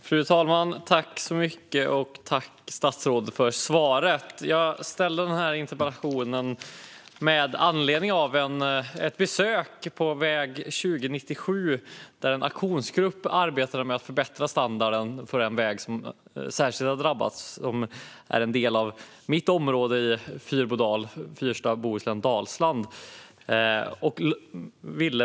Fru talman! Jag tackar statsrådet för svaret. Jag ställde denna interpellation med anledning av ett besök på väg 2097. Där arbetade en aktionsgrupp med att förbättra standarden på denna väg, som ligger i mitt hemområde Fyrbodal - Fyrstad, Bohuslän, Dalsland.